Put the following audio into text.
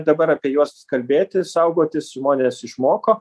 dabar apie juos kalbėti saugotis žmonės išmoko